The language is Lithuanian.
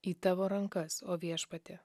į tavo rankas o viešpatie